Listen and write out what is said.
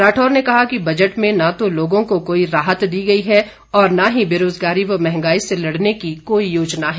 राठौर ने कहा कि बजट में न तो लोगों को कोई राहत दी गई है और न ही बेरोजगारी व महंगाई से लड़ने की कोई योजना है